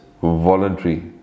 voluntary